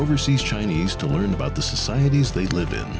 overseas chinese to learn about the societies they live in